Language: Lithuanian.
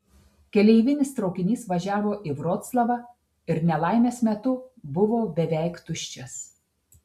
keleivinis traukinys važiavo į vroclavą ir nelaimės metu buvo beveik tuščias